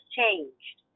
changed